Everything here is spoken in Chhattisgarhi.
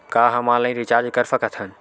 का हम ऑनलाइन रिचार्ज कर सकत हन?